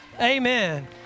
Amen